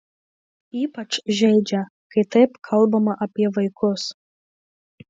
ypač žeidžia kai taip kalbama apie vaikus